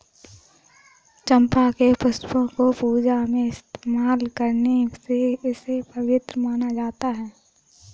चंपा के पुष्पों को पूजा में इस्तेमाल करने से इसे पवित्र माना जाता